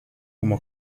como